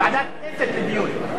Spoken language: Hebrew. לא, ועדת כנסת, לדיון.